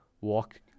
walk